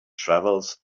travels